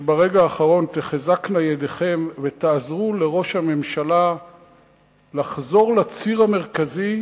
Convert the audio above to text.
שברגע האחרון תחזקנה ידיכם ותעזרו לראש הממשלה לחזור לציר המרכזי